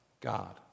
God